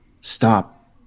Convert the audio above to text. stop